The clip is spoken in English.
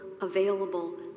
available